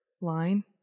line